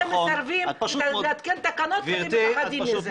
אתם מסרבים להתקין תקנות כי אתם מפחדים מזה.